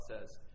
says